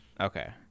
okay